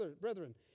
brethren